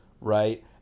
right